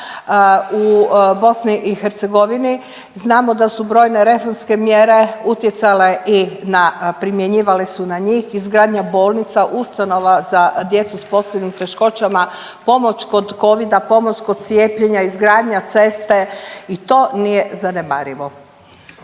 u BiH? Znamo da su brojne reformske mjere utjecale i na primjenjivale izgradnja bolnica, ustanova za djecu s posebnim teškoćama, pomoć kod covida, pomoć kod cijepljenja, izgradnja ceste i to nije zanemarivo.